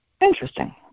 Interesting